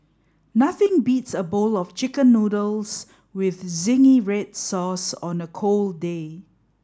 nothing beats a bowl of chicken noodles with zingy red sauce on a cold day